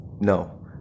No